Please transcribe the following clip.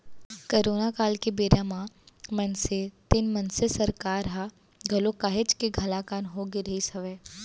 corona काल के बेरा म मनसे तेन मनसे सरकार ह घलौ काहेच के हलाकान होगे रिहिस हवय